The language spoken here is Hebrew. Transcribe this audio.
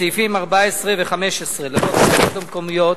בסעיפים 14 ו-15 לחוק הרשויות המקומיות